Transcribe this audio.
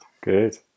Good